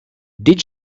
did